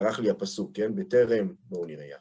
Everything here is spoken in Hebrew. הלך לי הפסוק, כן? בטרם, בואו נראה.